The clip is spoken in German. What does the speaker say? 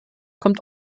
kommt